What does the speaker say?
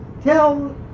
tell